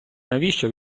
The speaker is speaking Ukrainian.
навіщо